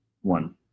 one